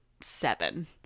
seven